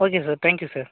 okay sir thank you sir